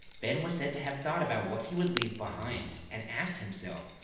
fenn was said to have thought about what he would leave behind, and asked himself,